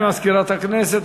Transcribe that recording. תודה למזכירת הכנסת.